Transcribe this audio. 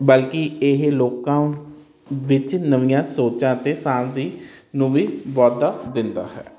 ਬਲਕਿ ਇਹ ਲੋਕਾਂ ਵਿੱਚ ਨਵੀਆਂ ਸੋਚਾਂ ਤੇ ਸਾਂਝ ਦੀ ਨੂੰ ਵੀ ਵਾਧਾ ਦਿੰਦਾ ਹੈ